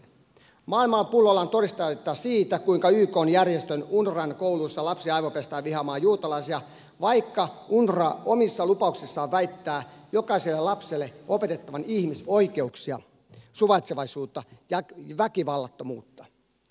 maailma on pullollaan todisteita siitä kuinka ykn järjestön unrwan kouluissa lapsia aivopestään vihamaan juutalaisia vaikka unrwa omissa lupauksissaan väittää jokaiselle lapselle opetettavan ihmisoikeuksia suvaitsevaisuutta ja väkivallattomuutta